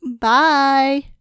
Bye